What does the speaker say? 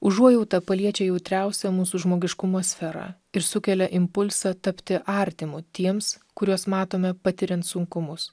užuojauta paliečia jautriausią mūsų žmogiškumo sferą ir sukelia impulsą tapti artimu tiems kuriuos matome patiriant sunkumus